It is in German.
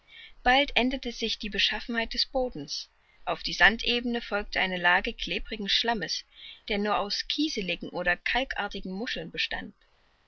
bald änderte sich die beschaffenheit des bodens auf die sandebene folgte eine lage klebrigen schlammes der nur aus kieseligen oder kalkartigen muscheln bestand